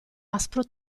aspro